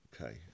Okay